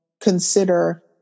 consider